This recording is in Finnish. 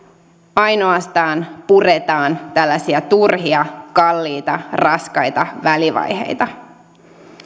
ainoastaan puretaan tällaisia turhia kalliita raskaita välivaiheita